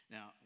Now